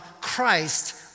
Christ